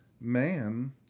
man